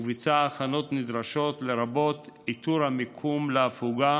וביצע הכנות נדרשות, לרבות איתור המקום להפוגה